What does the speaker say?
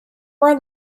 our